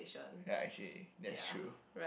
ya actually that's true